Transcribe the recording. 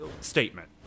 Statement